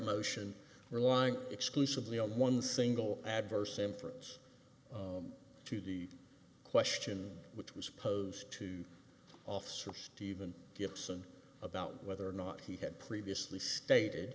motion relying exclusively on one single adverse inference to the question which was posed to officer steven gibson about whether or not he had previously stated